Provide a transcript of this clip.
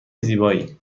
زیبایی